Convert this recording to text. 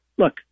Look